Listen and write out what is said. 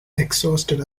exhausted